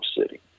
city